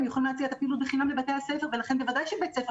הם יכולים להציע את הפעילות בחינם לבתי הספר ולכן בוודאי שבית ספר